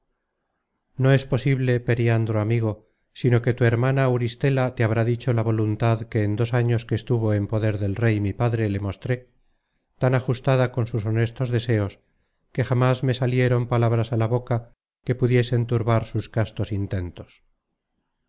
no es posible periandro amigo sino que tu hermana auristela te habrá dicho la voluntad que en dos años que estuvo en poder del rey mi padre le mostré tan ajustada con sus honestos deseos que jamas me salieron palabras á la boca que pudiesen turbar sus castos intentos